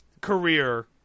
career